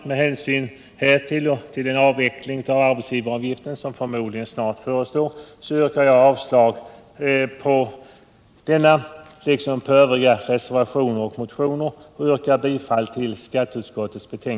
Vi har ju tidigare haft frågan uppe i riksdagen vid åtskilliga tillfällen.